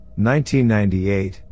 1998